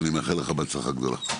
ואני מאחל לך בהצלחה גדולה.